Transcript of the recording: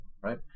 right